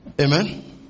Amen